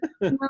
No